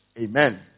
Amen